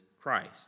Christ